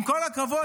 עם כל הכבוד,